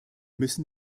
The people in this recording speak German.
müssen